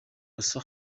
also